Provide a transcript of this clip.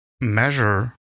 measure